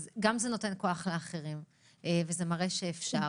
זה גם נותן כוח לאחרים וזה מראה שאפשר,